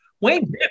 Wayne